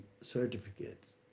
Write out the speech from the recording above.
certificates